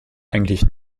eigentlich